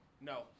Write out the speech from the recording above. No